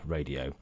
Radio